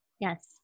Yes